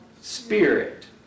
spirit